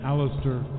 Alistair